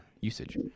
usage